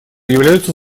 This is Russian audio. являются